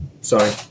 sorry